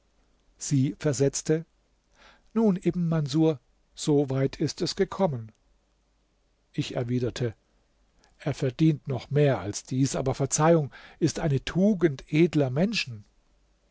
sie versetzte nun ibn manßur so weit ist es gekommen ich erwiderte er verdient noch mehr als dies aber verzeihung ist eine tugend edler menschen